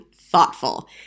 thoughtful